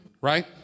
Right